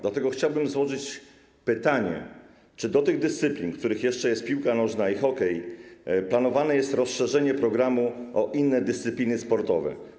Dlatego chciałbym zadać pytanie: Czy oprócz tych dyscyplin, wśród których jeszcze jest piłka nożna i hokej, planowane jest rozszerzenie programu o inne dyscypliny sportowe?